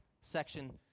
section